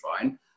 fine